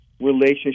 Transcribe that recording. relationship